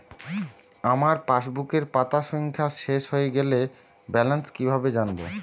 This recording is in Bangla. আমার পাসবুকের পাতা সংখ্যা শেষ হয়ে গেলে ব্যালেন্স কীভাবে জানব?